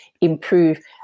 improve